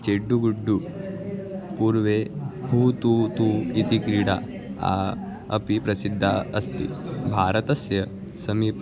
चेड्डुगुड्डु पूर्वे हूतूतू इति क्रीडा अपि प्रसिद्धा अस्ति भारतस्य समीपे